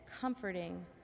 comforting